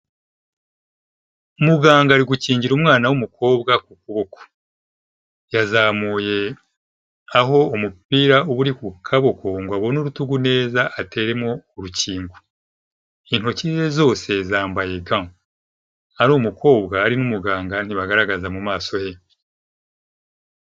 Muganga ari gukingira umwana w'umukobwa ku kuboko yazamuye aho umupira uba uri ku kaboko ngo abone urutugu neza ateremo urukingo, Intoki ze zose zambaye ga, ari umukobwa ari n'umuganga ntibagaragaza mu maso he.